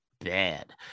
bad